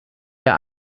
der